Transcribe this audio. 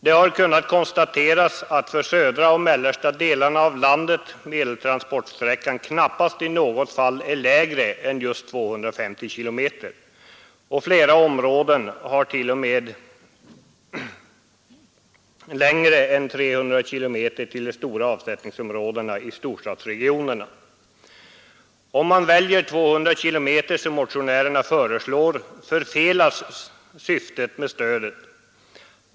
Det har kunnat konstateras att för södra och mellersta delarna av landet medeltransportsträckan knappast i något fall är lägre än 250 km, och flera områden har t.o.m. mer än 300 km till de stora avsättningsområdena i storstadsområdena. Om man väljer 200 km, som motionärerna föreslår, förfelas syftet med stödet.